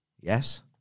yes